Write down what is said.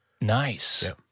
Nice